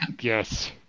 Yes